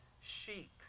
sheep